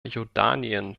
jordanien